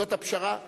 זאת הפשרה.